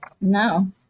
No